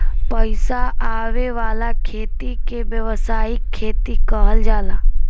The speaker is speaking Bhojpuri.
पईसा आवे वाला खेती के व्यावसायिक खेती कहल जाला